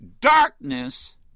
Darkness